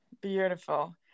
beautiful